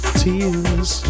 tears